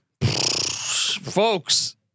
Folks